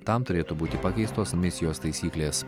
tam turėtų būti pakeistos misijos taisyklės